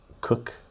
cook